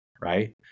right